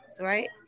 right